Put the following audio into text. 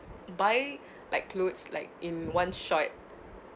buy like clothes like in one-shot